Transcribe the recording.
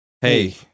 Hey